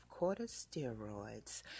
corticosteroids